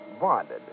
bonded